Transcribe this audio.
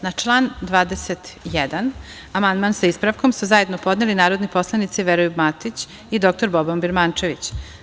Na član 21. amandman, sa ispravkom, su zajedno podneli narodni poslanici Veroljub Matić i dr Boban Birmančević.